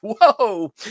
whoa